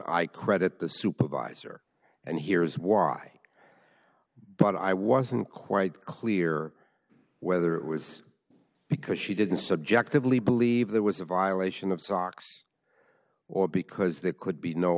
i credit the supervisor and here's why but i wasn't quite clear whether it was because she didn't subjectively believe there was a violation of socks or because there could be no